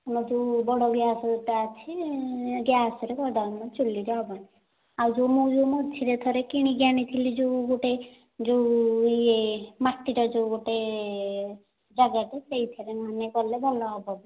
ଆମର ଯେଉଁ ବଡ଼ ଗ୍ୟାସ୍ ଗୋଟେ ଅଛି ଗ୍ୟାସ୍ରେ କରିଦେବା ମ ଚୁଲିରେ ହବନି ଆଉ ଯେଉଁ ମୁଁ ଯେଉଁ ମଝିରେ ଥରେ କିଣିକି ଆଣିଥିଲି ଯେଉଁ ଗୋଟେ ଯେଉଁ ୟେ ମାଟିଟା ଯେଉଁ ଗୋଟେ ଜାଗାଟେ ସେଇଥିରେ ନହେଲେ କଲେ ଭଲ ହବ ବି